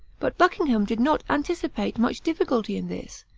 but buckingham did not anticipate much difficulty in this,